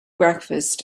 breakfast